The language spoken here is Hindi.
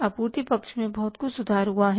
आपूर्ति पक्ष में बहुत कुछ सुधार हुआ है